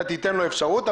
אתה תיתן לו אפשרות,